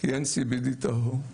כי אין CBD טהור.